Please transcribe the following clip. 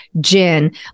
gin